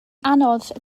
anodd